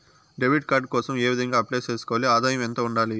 Debit card కోసం ఏ విధంగా అప్లై సేసుకోవాలి? ఆదాయం ఎంత ఉండాలి?